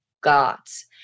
gods